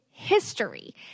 history